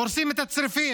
הורסים את הצריפים,